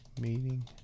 meeting